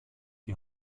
die